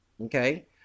Okay